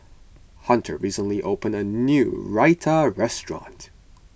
Hunter recently opened a new Raita restaurant